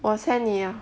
我 send 你 ah